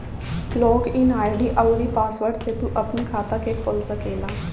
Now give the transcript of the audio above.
log in ID अउरी password से तू अपनी खाता के खोल सकेला